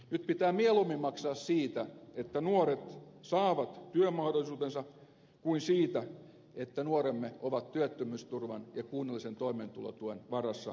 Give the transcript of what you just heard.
nyt pitää mieluummin maksaa siitä että nuoret saavat työmahdollisuutensa kuin siitä että nuoremme ovat työttömyysturvan ja kunnallisen toimeentulotuen varassa toimettomina kotona